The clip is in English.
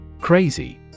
Crazy